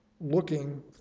looking